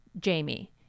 Jamie